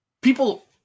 people